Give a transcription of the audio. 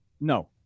No